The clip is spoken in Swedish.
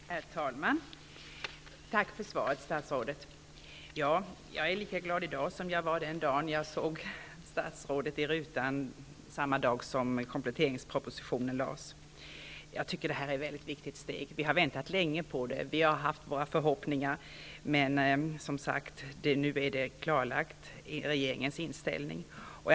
Herr talman! Tack för svaret, statsrådet. Jag är lika glad i dag som jag var den dagen då kompletteringspropositionen lades fram och jag såg statsrådet i rutan. Jag tycker att detta är ett mycket viktigt steg, och vi har väntat länge på det. Vi har haft våra förhoppningar, men nu är regeringens inställning klarlagd.